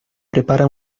prepara